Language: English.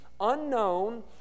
unknown